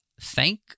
thank